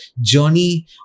journey